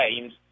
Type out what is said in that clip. games